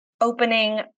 opening